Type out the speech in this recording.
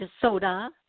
soda